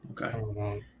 okay